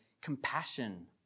compassion